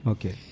Okay